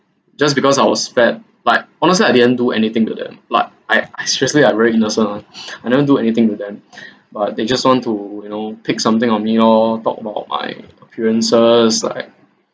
just because I was fat but honestly I didn't do anything to them like I I seriously I very innocent one I never do anything to them but they just want to you know pick something on me lor talk about my appearances like